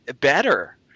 better